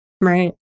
Right